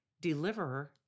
Deliverer